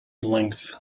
length